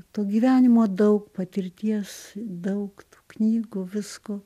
to gyvenimo daug patirties daug tų knygų visko